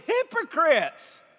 hypocrites